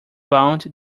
bound